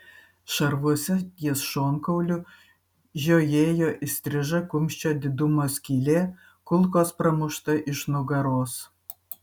šarvuose ties šonkauliu žiojėjo įstriža kumščio didumo skylė kulkos pramušta iš nugaros